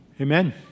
Amen